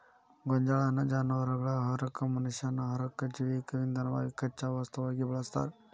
ಗೋಂಜಾಳನ್ನ ಜಾನವಾರಗಳ ಆಹಾರಕ್ಕ, ಮನಷ್ಯಾನ ಆಹಾರಕ್ಕ, ಜೈವಿಕ ಇಂಧನವಾಗಿ ಕಚ್ಚಾ ವಸ್ತುವಾಗಿ ಬಳಸ್ತಾರ